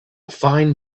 fine